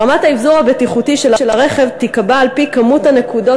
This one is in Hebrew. רמת האבזור הבטיחותי של הרכב תיקבע על-פי כמות הנקודות